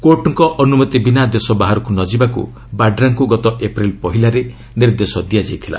କୋର୍ଟଙ୍କ ଅନୁମତି ବିନା ଦେଶ ବାହାରକୁ ନ ଯିବାକୁ ବାଡ୍ରାଙ୍କୁ ଗତ ଏପ୍ରିଲ୍ ପହିଲାରେ ନିର୍ଦ୍ଦେଶ ଦିଆଯାଇଥିଲା